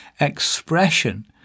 expression